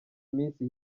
minsi